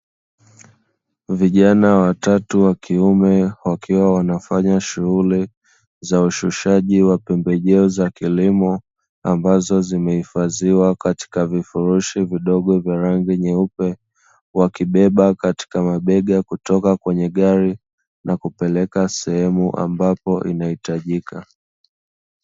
Vijana watatu wa kiume wakiwa wanafanya shughuli za ushushaji wa pembejeo za kilimo, ambazo zimehifadhiwa katika vifurushi vidogo vya rangi nyeupe, wakibeba katika mabega kutoka kwenye gari na kupeleka sehemu ambapo inahitajika.